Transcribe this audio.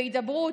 בהידברות,